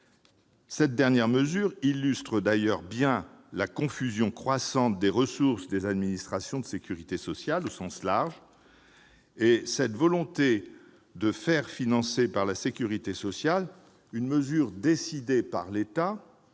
Cette dernière mesure illustre d'ailleurs bien la confusion croissante des ressources des administrations de sécurité sociale au sens large. La volonté de faire financer par la sécurité sociale une mesure décidée par l'État